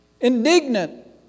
Indignant